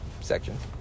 sections